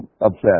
upset